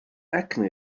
acne